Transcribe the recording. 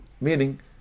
meaning